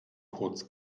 kurz